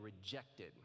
rejected